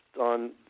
on